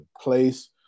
place